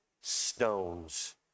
stones